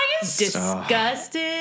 Disgusted